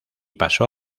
pasó